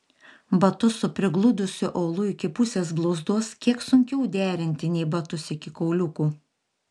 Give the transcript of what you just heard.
batus su prigludusiu aulu iki pusės blauzdos kiek sunkiau derinti nei batus iki kauliukų